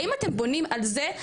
האם אתם בונים על זה.